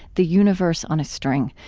the universe on a string.